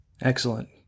Excellent